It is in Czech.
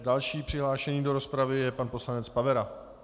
Dalším přihlášeným do rozpravy je pan poslanec Pavera.